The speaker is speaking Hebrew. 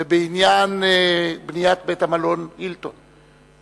ובעניין בניית בית-המלון "הילטון".